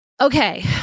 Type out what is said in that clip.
Okay